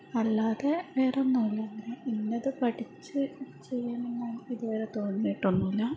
അല്ലാതെ വേറൊന്നുമില്ല അങ്ങനെ പിന്നതു പഠിച്ച് ചെയ്യണം എന്നാണ് ഇതുവരെ തോന്നിയിട്ടൊന്നുമില്ല